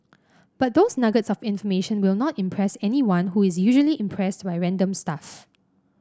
but those nuggets of information will not impress anyone who is usually impressed by random stuff